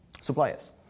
suppliers